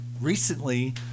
recently